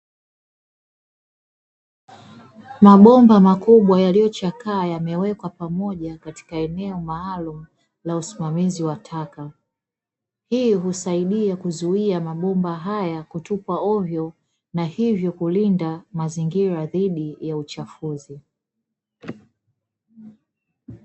Mabomba makubwa yaliyochakaa yamewekwa pamoja katika eneo maalumu la usimamizi wa taka, hii husaidia kuzuia mabomba haya kutupwa ovyo na hivyo kulinda mazingira dhidi ya uchafuzi.